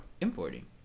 Importing